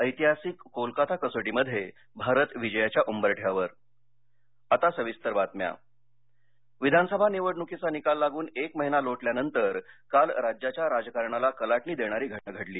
ऐतिहासिक कोलकाता कसोटीमध्ये भारत विजयाच्या उंबरठ्यावर सत्ताकारण केळकर सर माधवी प्रशांत विधानसभा निवडणुकीचा निकाल लागून एक महिना लोटल्यानंतर काल राज्याच्या राजकारणाला कलाटणी देणारी घटना घडली